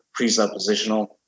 presuppositional